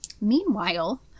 Meanwhile